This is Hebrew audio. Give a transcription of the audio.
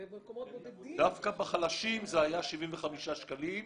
ובמקומות בודדים --- דווקא בחלשים זה היה 75 שקלים,